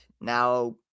Now